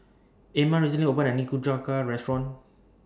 Ama recently opened A New Nikujaga Restaurant